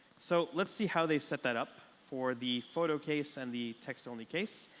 so let's see how they set that up for the photo case and the text only case.